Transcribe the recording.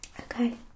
Okay